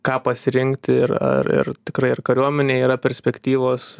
ką pasirinkti ir ar ir tikrai ir kariuomenėj yra perspektyvos